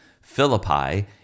Philippi